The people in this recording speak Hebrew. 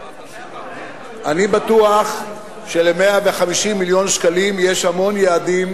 אני בטוח של-150 מיליון שקלים יש המון יעדים